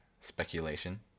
speculation